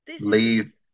Leave